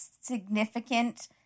significant